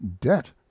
debt